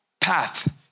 path